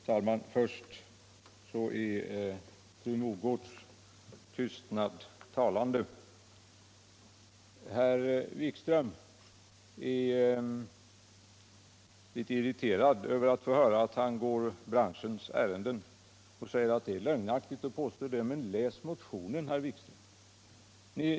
Herr talman! Först vill jag säga att fru Mogårds tystnad är talande. Herr Wikström är irriterad över att få höra att han går branschens ärenden. Han säger att det är lögnaktigt att påstå det. Men läs motionen, herr Wikström!